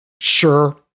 Sure